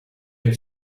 het